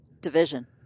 division